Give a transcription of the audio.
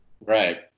Right